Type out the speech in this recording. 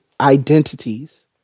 identities